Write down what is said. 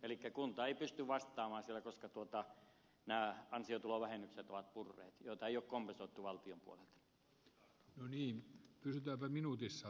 elikkä kunta ei pysty vastaamaan siellä koska nämä ansiotulovähennykset joita ei ole kompensoitu valtion puolelta ovat purreet